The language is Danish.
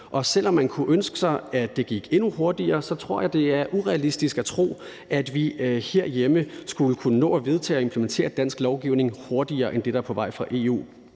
Selv om man kunne ønske sig, at det gik endnu hurtigere, tror jeg det er urealistisk at tro, at vi herhjemme skulle kunne nå at vedtage og implementere dansk lovgivning hurtigere end det, der er på vej fra EU.